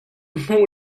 hmuh